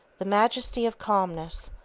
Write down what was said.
the majesty of calmness